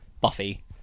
Buffy